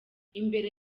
imbere